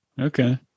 Okay